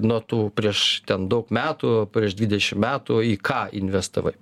nuo tų prieš ten daug metų prieš dvidešimt metų į ką investavai